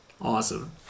Awesome